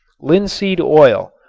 linseed oil,